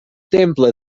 temple